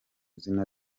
izina